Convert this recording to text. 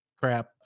crap